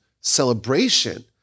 celebration